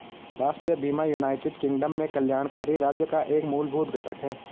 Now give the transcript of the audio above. राष्ट्रीय बीमा United Kingdom में कल्याणकारी राज्य का एक मूलभूत घटक है